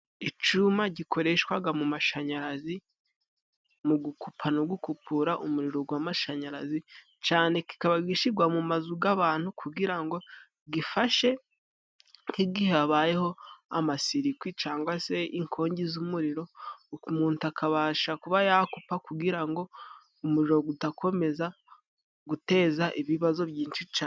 Icuma gikoreshwaga mu mashanyarazi, mu gukupa no gukupura umuriro gw'amashanyarazi, cane kikaba gishigwa mu mazu g'abantu kugira ngo gifashe nk'igihe habayeho amasirikwi, cangwa se inkongi z'umuriro, umuntu akabasha kuba yakupa kugira ngo umuriro udakomeza guteza ibibazo byinshi cane.